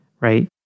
right